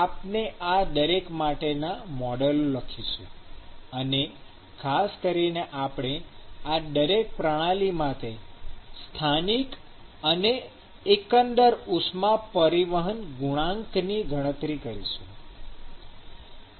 આપણે આ દરેક માટેના મોડેલો લખીશું અને ખાસ કરીને આપણે આ દરેક પ્રણાલી માટે સ્થાનિક અને એકંદર ઉષ્મા પરિવહનાંક ની ગણતરી કરીશું